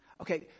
okay